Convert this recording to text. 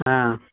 ಹಾಂ